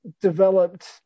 developed